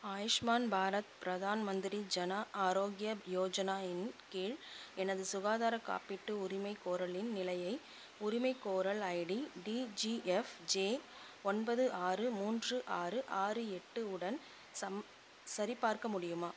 ஆயுஷ்மான் பாரத் பிரதான் மந்திரி ஜனா ஆரோக்ய யோஜனா இன் கீழ் எனது சுகாதார காப்பீட்டு உரிமைகோரலின் நிலையை உரிமைகோரல் ஐடி டிஜிஎஃப்ஜெ ஒன்பது ஆறு மூன்று ஆறு ஆறு எட்டு உடன் சம் சரிபார்க்க முடியுமா